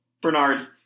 Bernard